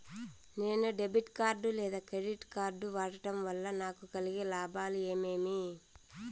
నేను debit card లేదా credit card వాడడం వల్ల నాకు కలిగే లాభాలు ఏమేమీ?